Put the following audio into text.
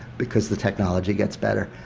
because the technology gets better,